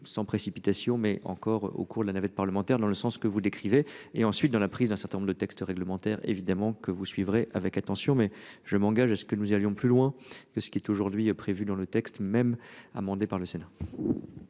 sans précipitation mais encore au cours de la navette parlementaire dans le sens que vous décrivez et ensuite dans la prise d'un certain nombre de textes réglementaires évidemment que vous suivrez avec attention mais je m'engage à ce que nous y allions plus loin que ce qui est aujourd'hui prévue dans le texte même amendé par le Sénat.--